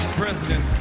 president,